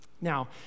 Now